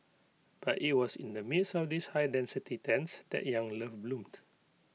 but IT was in the midst of these high density tents that young love bloomed